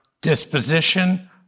disposition